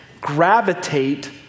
gravitate